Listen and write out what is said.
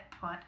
put